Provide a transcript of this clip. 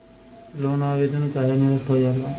Loan आवेदन काहे नीरस्त हो जाला?